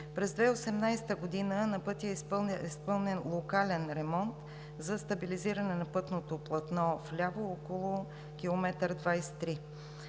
През 2018 г. на пътя е изпълнен локален ремонт за стабилизиране на пътното платно вляво около километър 23.